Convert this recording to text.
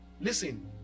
listen